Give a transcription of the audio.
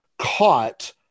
caught